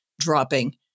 dropping